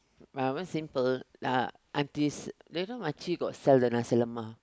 my one simple uh auntie's you know makcik got sell the nasi-lemak